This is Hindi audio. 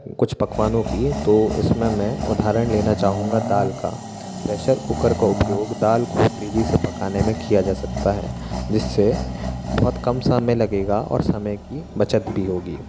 कुछ पकवानों की तो इसमें मैं उदाहरण लेना चाहूँगा दाल का प्रैशर कूकर का उपयोग दाल को तेज़ी से पकाने में किया जा सकता है जिससे बहुत कम समय लगेगा और समय की बचत भी होगी